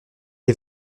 est